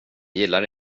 gillar